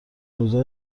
روزای